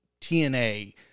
TNA